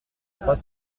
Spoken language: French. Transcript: trois